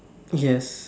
yes